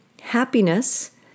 happiness